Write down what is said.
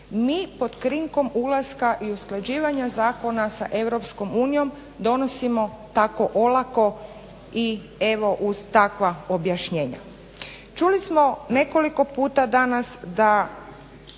mi pod krinkom ulaska i usklađivanja zakona sa EU donosimo tako olako i evo uz takva objašnjenja. Čuli smo nekoliko puta danas da